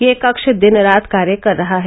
यह कक्ष दिन रात कार्य कर रहा है